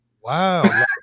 Wow